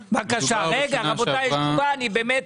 רגע, רבותיי, יש תשובה, אני במתח.